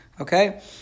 Okay